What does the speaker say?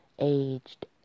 aged